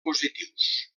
positius